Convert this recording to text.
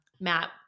Matt